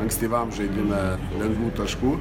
ankstyvam žaidime lengvų taškų